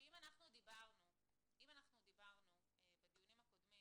שאם אנחנו דיברנו בדיונים הקודמים